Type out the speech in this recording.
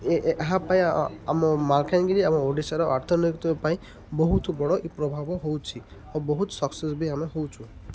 ଏହା ପାଇଁ ଆମ ମାଲକାନଗିରି ଆମ ଓଡ଼ିଶାର ଅର୍ଥନୀତି ପାଇଁ ବହୁତ ବଡ଼ ଏଇ ପ୍ରଭାବ ହେଉଛି ଓ ବହୁତ ସକ୍ସେସ୍ ବି ଆମେ ହେଉଛୁ